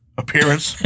appearance